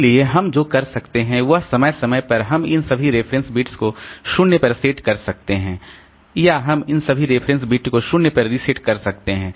इसलिए हम जो कर सकते हैं वह समय समय पर हम इन सभी रेफरेंस बिट्स को 0 पर सेट कर सकते हैं या हम इन सभी रेफरेंस बिट्स को 0 पर रीसेट कर सकते हैं